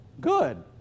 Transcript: good